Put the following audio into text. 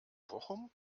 bochum